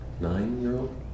nine-year-old